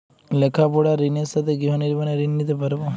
লেখাপড়ার ঋণের সাথে গৃহ নির্মাণের ঋণ নিতে পারব?